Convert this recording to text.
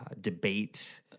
debate